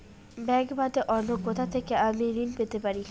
Bank বাদে অন্য কোথা থেকে আমি ঋন পেতে পারি?